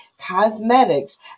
Cosmetics